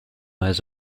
has